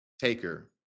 Taker